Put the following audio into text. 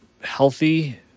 healthy